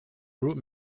group